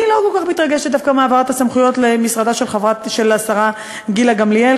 אני לא כל כך מתרגשת דווקא מהעברת הסמכויות למשרדה של השרה גילה גמליאל.